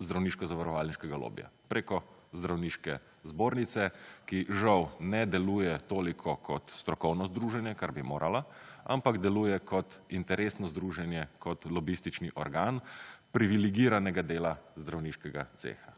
zdravniško-zavarovalniškega lobija preko zdravniške zbornice, ki žal ne deluje toliko kot strokovno združenje, kar bi morala, ampak deluje kot interesno združenje, kot lobistični organ privilegiranega dela zdravniškega ceha.